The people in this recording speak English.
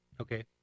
Okay